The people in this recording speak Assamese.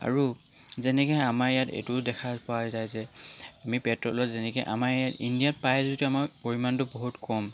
আৰু যেনেকৈ আমাৰ ইয়াত এইটোও দেখা পোৱা যায় যে আমি পেট্ৰ'লৰ যেনেকৈ আমাৰ ইণ্ডিয়াত পায় যিটো পৰিমাণটো বহুত কম